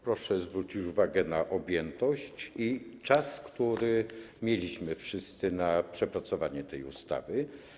Proszę zwrócić uwagę na objętość i czas, który mieliśmy wszyscy na przepracowanie tej ustawy.